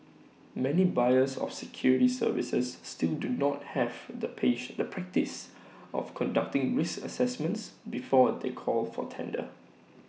many buyers of security services still do not have the patient the practice of conducting risk assessments before they call for tender